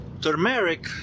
turmeric